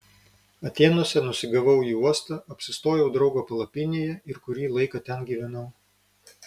atėnuose nusigavau į uostą apsistojau draugo palapinėje ir kurį laiką ten gyvenau